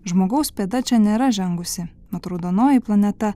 žmogaus pėda čia nėra žengusi mat raudonoji planeta